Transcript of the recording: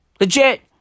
Legit